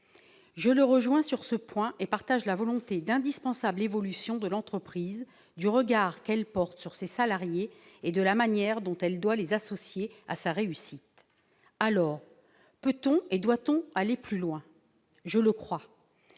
Je le rejoins sur ce point et partage la volonté d'engager une indispensable évolution de l'entreprise : le regard qu'elle porte sur ses salariés et la manière dont elle doit les associer à sa réussite. Peut-on et doit-on aller plus loin ? Je le crois.